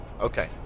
Okay